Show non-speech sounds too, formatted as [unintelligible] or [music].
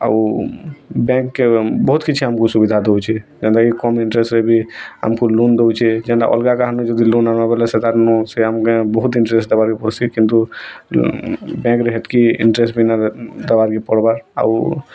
ଆଉ ବ୍ୟାଙ୍କ୍ କେ ବହୁତ୍ କିଛି ଆମକୁ ସୁବିଧା ଦଉଛି ଯେନ୍ତା କି କମ୍ ଇନ୍ଟରେଷ୍ଟ୍ରେ ବି ଆମକୁ ଲୋନ୍ ଦଉଛି ଯେନ୍ତା ଅଲଗା କାହାନୁ ଯଦି ଲୋନ୍ ଆନିବ ବଲେ ସେଇଟା ନୁ ସେ ଆମକୁ ଏଁ ବହୁତ୍ ଇନ୍ଟରେଷ୍ଟ୍ ଦବାର୍ କେ [unintelligible] କିନ୍ତୁ ଉଁ ବ୍ୟାଙ୍କରେ ହେତ୍କି ଇନ୍ଟରେଷ୍ଟ୍ ବିନା ଦବାର୍ କେ ପଡ଼୍ବାର୍ ଆଉ